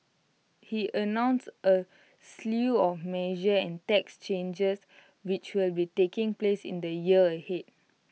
he announced A slew of measures and tax changes which will be taking place in the year ahead